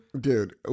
dude